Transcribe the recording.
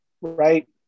right